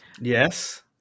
Yes